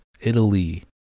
Italy